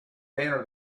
banner